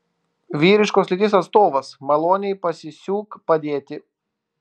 vyriškos lyties atstovas maloniai pasisiūk padėti